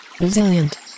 resilient